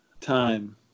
Time